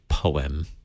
poem